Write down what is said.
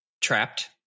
Trapped